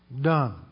done